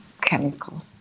chemicals